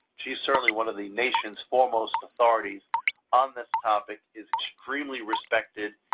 she's certainly one of the nation's foremost authorities on this topic, is extremely respected,